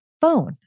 phone